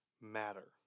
matter